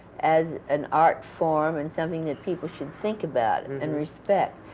as an art form, and something that people should think about and and respect.